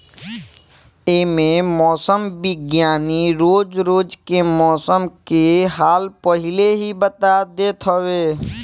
एमे मौसम विज्ञानी रोज रोज के मौसम के हाल पहिले ही बता देत हवे